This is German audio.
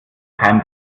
kein